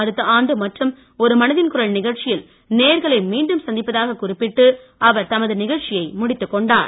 அடுத்த ஆண்டு மற்றும் ஒரு மனதின் குரல் நிகழ்ச்சியில் நேயர்களை மீண்டும் சந்திப்பதாக குறிப்பிட்டு அவர் தமது நிகழ்ச்சியை முடித்துக் கொண்டார்